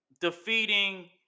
defeating